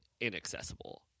inaccessible